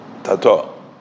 Tato